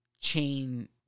chain